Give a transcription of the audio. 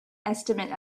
estimate